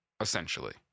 essentially